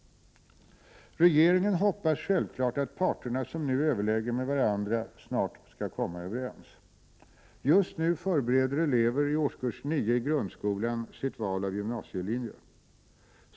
Regeringen hoppas självklart att parterna, som nu överlägger med varandra, snart skall komma överens. Just nu förbereder elever i årskurs 9 i grundskolan sitt val av gymnasielinje.